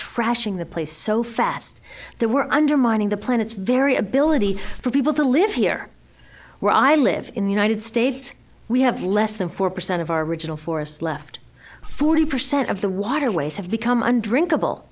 trashing the place so fast there were undermining the planet's very ability for people to live here where i live in the united states we have less than four percent of our regional forest left forty percent of the waterways have become un drink